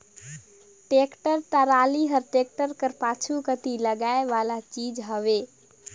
tractor trolley हर tractor कर पाछू कती लगाए वाला चीज हवे